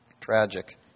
Tragic